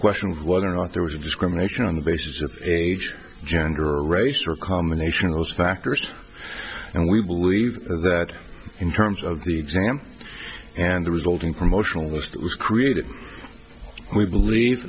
question of whether or not there was discrimination on the basis of age gender or race or combination of those factors and we believe that in terms of the exam and the resulting promotional list was created we believe